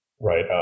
right